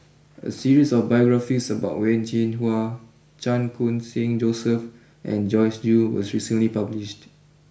a series of biographies about Wen Jinhua Chan Khun sing Joseph and Joyce Jue was recently published